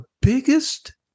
biggest